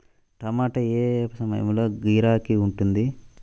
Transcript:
టమాటా ఏ ఏ సమయంలో గిరాకీ ఉంటుంది?